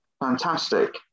Fantastic